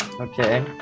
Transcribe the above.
Okay